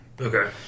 Okay